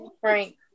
Frank